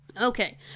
Okay